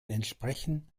entsprechen